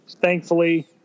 thankfully